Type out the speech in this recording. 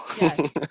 Yes